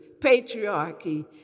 patriarchy